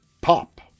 pop